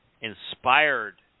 Inspired